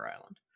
Island